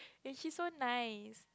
and she's so nice